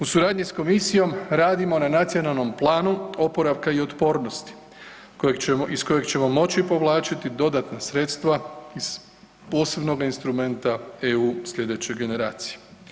U suradnji s komisijom radimo na nacionalnom planu oporavka i otpornosti kojeg ćemo, iz kojeg ćemo moći povlačiti dodatna sredstva iz posebnog instrumenata EU slijedeće generacije.